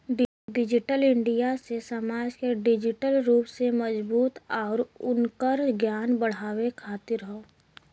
digital India से समाज के डिजिटल रूप से मजबूत आउर उनकर ज्ञान बढ़ावे खातिर हौ